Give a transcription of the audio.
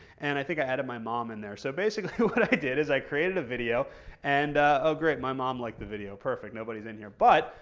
and i think i added my mom in there. so i did, is i created a video and oh great, my mom liked the video. perfect, nobody's in here. but,